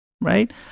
right